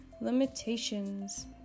limitations